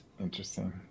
Interesting